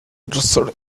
dressed